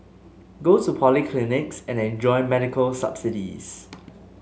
go to polyclinics and enjoy medical subsidies